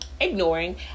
ignoring